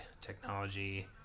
technology